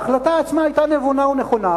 ההחלטה עצמה היתה נבונה ונכונה,